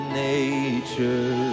nature